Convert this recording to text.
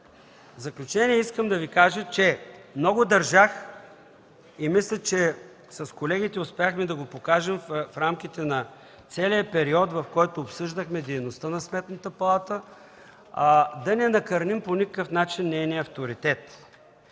В заключение, искам да кажа, че много държах и мисля, че с колегите успяхме в рамките на целия период, в който обсъждахме дейността на Сметната палата, да не накърним по никакъв начин нейния авторитет;